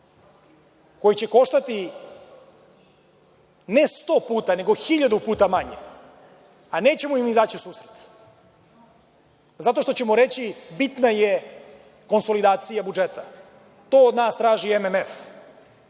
koji će koštati ne sto puta nego hiljadu puta manje, a nećemo im izaći u susret zato što ćemo reći – bitna je konsolidacija budžeta. To od nas traži MMF.